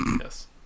Yes